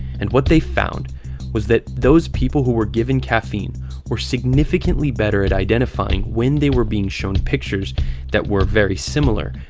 and what they found was that those people who were given caffeine were significantly better at identifying when they were being shown pictures that were very similar,